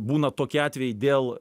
būna tokie atvejai dėl